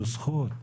זו זכות.